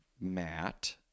Matt